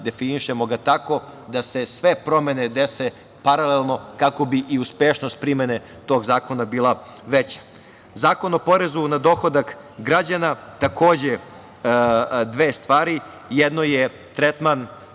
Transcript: definišemo ga tako da se sve promene dese paralelno kako bi i uspešnost primene tog zakona bila veća. Zakon o porezu na dohodak građana, takođe dve stvari. Jedno je tretman